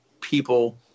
people